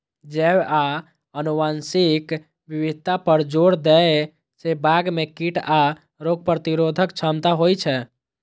जैव आ आनुवंशिक विविधता पर जोर दै सं बाग मे कीट आ रोग प्रतिरोधक क्षमता होइ छै